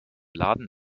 laden